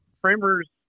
framers